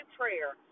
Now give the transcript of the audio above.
prayer